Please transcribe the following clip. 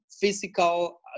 physical